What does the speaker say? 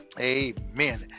Amen